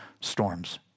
storms